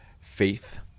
faith